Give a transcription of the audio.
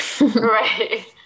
Right